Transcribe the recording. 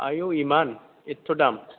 आयु इमान एथथ' दाम